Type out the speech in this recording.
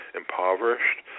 impoverished